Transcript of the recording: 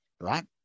Right